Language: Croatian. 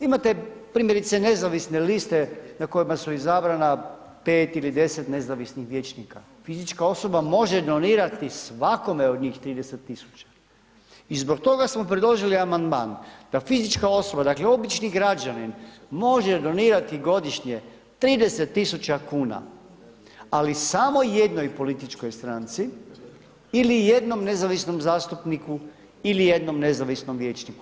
Imate primjerice nezavisne liste na kojima su izabrana 5 ili 10 nezavisnih vijećnika, fizička osoba može donirati svakome od njih 30 000 i zbog toga smo predložili amandman da fizička osoba, dakle obični građanin može donirati godišnje 30 000 kuna ali samo jednoj političkoj stranci ili jednom nezavisnom zastupniku ili jednom nezavisnom vijećniku.